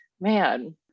Man